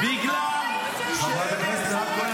בגלל שהם עשו את הכאוס,